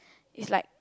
it's like